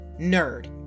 nerd